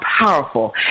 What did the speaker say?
powerful